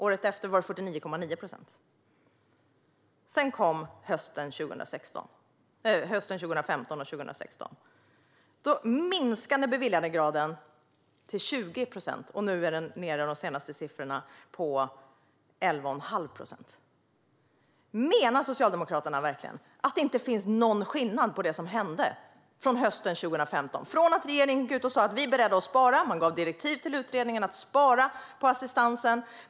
Året efter var det 49,9 procent. Sedan kom hösten 2015 och år 2016. Då minskade beviljandegraden till 20 procent, och enligt de senaste siffrorna är den nu nere på 11,5 procent. Menar Socialdemokraterna verkligen att det som skedde på hösten 2015 inte innebär någon skillnad? Då gick regeringen ut och sa att man var beredd att spara. Man gav direktiv till utredningen att spara på assistansen.